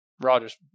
Rogers